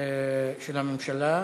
של הממשלה,